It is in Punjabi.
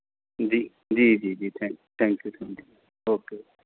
ਜੀ ਜੀ ਜੀ ਜੀ thank thank you thank you okay